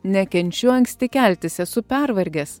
nekenčiu anksti keltis esu pervargęs